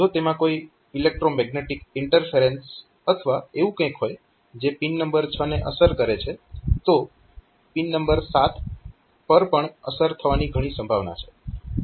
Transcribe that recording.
જો તેમાં કોઈ ઈલેક્ટ્રોમેગ્નેટીક ઇન્ટરફેરેન્સ અથવા એવું કંઈક હોય જે પિન નંબર 6 ને અસર કરે છે તો પિન નંબર 7 પર પણ અસર થવાની ઘણી સંભાવના છે